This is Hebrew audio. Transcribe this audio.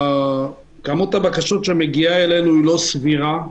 כמות הבקשות שמגיעה אלינו היא לא סבירה,